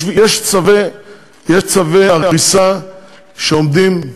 יש צווי הריסה שעומדים,